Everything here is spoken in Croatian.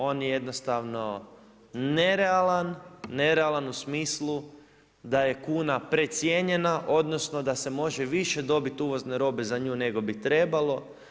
On je jednostavno nerealan, nerealan u smislu da je kuna precijenjena odnosno da se može više dobiti uvozne robe za nju nego bi trebalo.